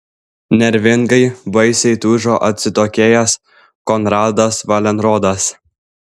nervingai baisiai tūžo atsitokėjęs konradas valenrodas